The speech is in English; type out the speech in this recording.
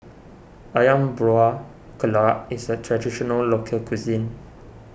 Ayam Buah Keluak is a Traditional Local Cuisine